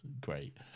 great